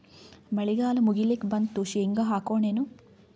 ಮಳಿಗಾಲ ಮುಗಿಲಿಕ್ ಬಂತು, ಶೇಂಗಾ ಹಾಕೋಣ ಏನು?